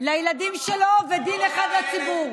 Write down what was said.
לילדים שלו, ודין אחד לציבור?